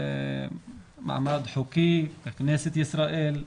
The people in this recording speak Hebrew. מעמד חוקי בכנסת ישראל.